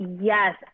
Yes